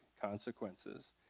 consequences